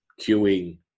cueing